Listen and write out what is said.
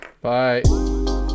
Bye